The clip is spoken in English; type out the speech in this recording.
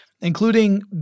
including